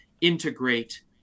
integrate